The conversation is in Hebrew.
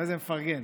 איזה מפרגן.